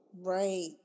right